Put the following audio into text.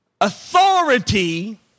Authority